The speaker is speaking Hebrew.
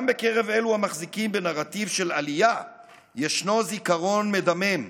גם בקרב אלו המחזיקים בנרטיב של עלייה יש זיכרון מדמם.